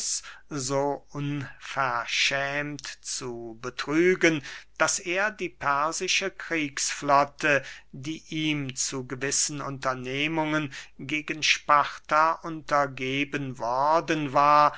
so unverschämt zu betrügen daß er die persische kriegsflotte die ihm zu gewissen unternehmungen gegen sparta untergeben worden war